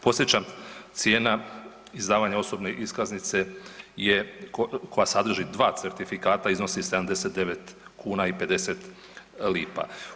Podsjećam cijena izdavanja osobne iskaznice koja sadrži 2 certifikata iznosi 79 kuna i 50 lipa.